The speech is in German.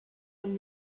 von